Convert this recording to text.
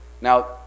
Now